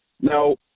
Now